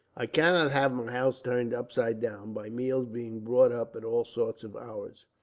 i cannot have my house turned upside down, by meals being brought up at all sorts of hours.